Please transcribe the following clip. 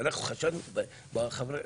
אנחנו חשדנו בסגנים?